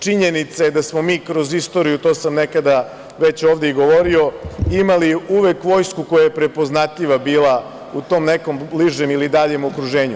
Činjenica je da smo mi kroz istoriju, to sam nekada već ovde i govorio, imali uvek vojsku koja je prepoznatljiva bila u tom nekom bližem ili daljem okruženju.